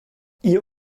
ihr